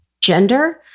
gender